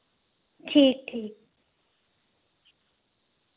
ठीक ठीक